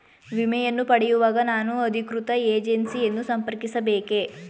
ವಿಮೆಯನ್ನು ಪಡೆಯುವಾಗ ನಾನು ಅಧಿಕೃತ ಏಜೆನ್ಸಿ ಯನ್ನು ಸಂಪರ್ಕಿಸ ಬೇಕೇ?